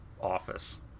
office